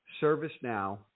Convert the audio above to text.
ServiceNow